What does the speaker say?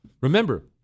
Remember